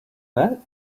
that